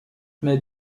mais